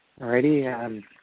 Alrighty